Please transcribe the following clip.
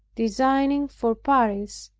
designing for paris,